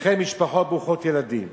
וכן משפחות ברוכות ילדים.